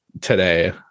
today